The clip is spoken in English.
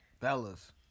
Fellas